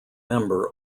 member